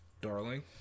darling